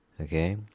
okay